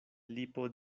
lipo